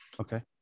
Okay